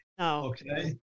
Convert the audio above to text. Okay